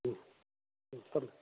ꯎꯝ ꯎꯝ ꯊꯝꯃꯦ